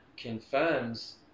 Confirms